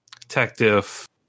Detective